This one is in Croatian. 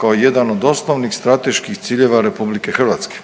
kao jedan od osnovnih strateških ciljeva Republike Hrvatske.